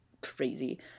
crazy